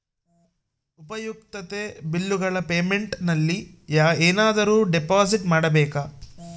ಉಪಯುಕ್ತತೆ ಬಿಲ್ಲುಗಳ ಪೇಮೆಂಟ್ ನಲ್ಲಿ ಏನಾದರೂ ಡಿಪಾಸಿಟ್ ಮಾಡಬೇಕಾ?